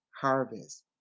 harvest